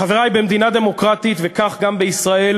חברי, במדינה דמוקרטית, וכך גם בישראל,